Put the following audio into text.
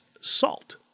Salt